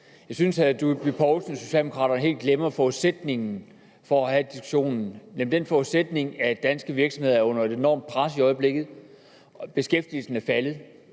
Jeg synes, at hr. Dyrby Paulsen og Socialdemokraterne helt glemmer forudsætningen for diskussionen. Forudsætningen er, at danske virksomheder er under et enormt pres i øjeblikket: Beskæftigelsen er faldet,